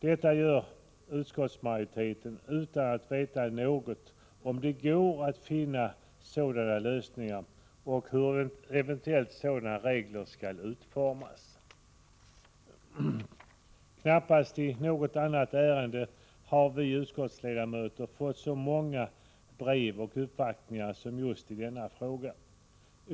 Detta gör utskottsmajoriteten utan att veta något om huruvida det går att finna sådana lösningar eller hur sådana regler skall utformas. Knappast i något annat ärende har vi utskottsledamöter fått så många brev och uppvaktningar som just i denna fråga.